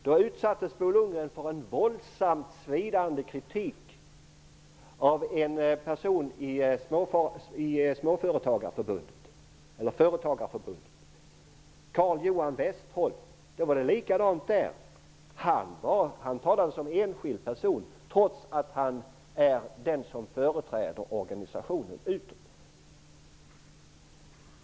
Då utsattes Bo Lundgren för våldsam, svidande kritik av en person i Företagarförbundet, Carl-Johan Westholm. Då var det likadant. Han talade som enskild person, trots att han är den som företräder organisationen utåt.